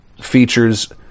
features